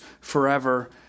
forever